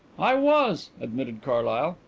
i was, admitted carlyle.